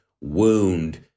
wound